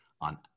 on